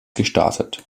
gestartet